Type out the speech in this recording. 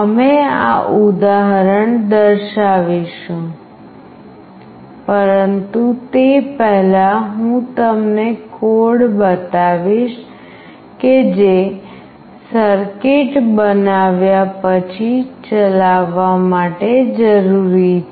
અમે આ ઉદાહરણ દર્શાવીશું પરંતુ તે પહેલાં હું તમને કોડ બતાવીશ કે જે સર્કિટ બનાવ્યા પછી ચલાવવા માટે જરૂરી છે